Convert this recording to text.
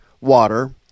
water